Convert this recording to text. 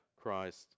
Christ